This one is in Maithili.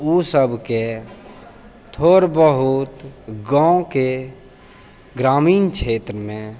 ओ सबके थोड़ बहुत गाँवके ग्रामीण क्षेत्रमे